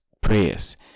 prayers